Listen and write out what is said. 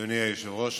היושב-ראש,